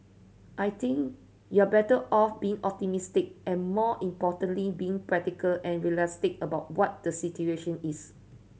I think you're better off being optimistic and more importantly being practical and realistic about what the situation is